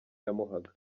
yamuhaga